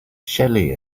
shelly